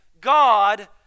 God